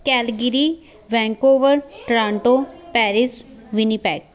Calgary Vancouver Toronto Paris Winnipeg